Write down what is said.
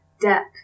depth